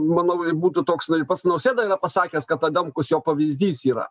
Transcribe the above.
manau būtų toks pats nausėda yra pasakęs kad adamkus jo pavyzdys yra